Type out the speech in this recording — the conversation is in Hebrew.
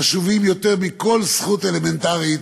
חשובים יותר מכל זכות אלמנטרית,